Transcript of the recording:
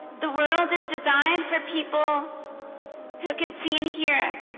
the world is designed for people who could see in here